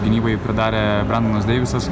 gynybai pridarė brendonas deivisas